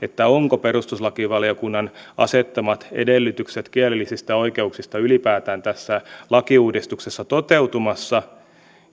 ovatko perustuslakivaliokunnan asettamat edellytykset kielellisistä oikeuksista tässä lakiuudistuksessa ylipäätään toteutumassa